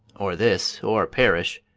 or this or perish.